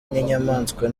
n’inyamaswa